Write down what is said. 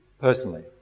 personally